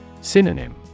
Synonym